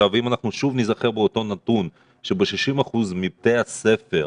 אם אנחנו שוב ניזכר באותו נתון שב-60% מבתי הספר,